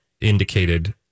indicated